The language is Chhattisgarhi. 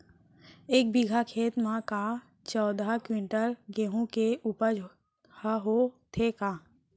एक बीघा खेत म का चौदह क्विंटल गेहूँ के उपज ह होथे का?